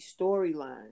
storyline